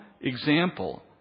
example